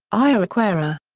iraquara.